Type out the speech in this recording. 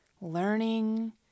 learning